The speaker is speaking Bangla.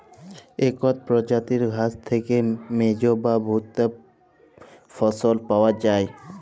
ইকট পরজাতির ঘাঁস থ্যাইকে মেজ বা ভুট্টা ফসল পাউয়া যায়